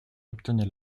obtenait